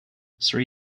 sri